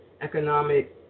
economic